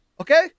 okay